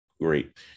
Great